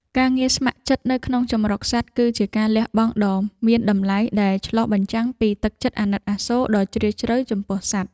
ការងារស្ម័គ្រចិត្តនៅក្នុងជម្រកសត្វ គឺជាការលះបង់ដ៏មានតម្លៃដែលឆ្លុះបញ្ចាំងពីទឹកចិត្តអាណិតអាសូរដ៏ជ្រាលជ្រៅចំពោះសត្វ។